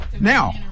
now